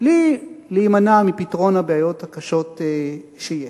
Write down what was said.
בלי להימנע מפתרון הבעיות הקשות שיש.